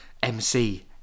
MC